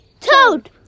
Toad